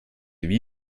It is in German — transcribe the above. wie